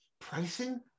pricing